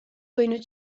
võinud